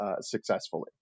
successfully